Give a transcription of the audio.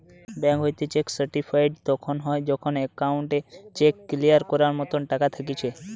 bank হইতে cheque certified তখন হয় যখন অ্যাকাউন্টে চেক ক্লিয়ার করার মতো টাকা থাকতিছে